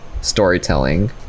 storytelling